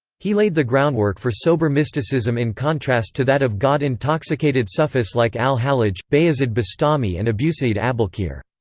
he laid the groundwork for sober mysticism in contrast to that of god-intoxicated sufis like al-hallaj, bayazid bastami and abusaeid abolkheir.